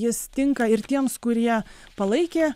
jis tinka ir tiems kurie palaikė